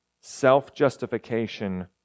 self-justification